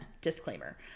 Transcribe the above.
Disclaimer